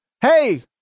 Hey